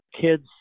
kids